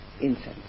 incense